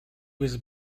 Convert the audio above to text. was